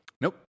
Nope